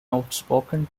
outspoken